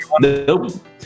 nope